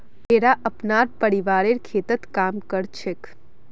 येरा अपनार परिवारेर खेततत् काम कर छेक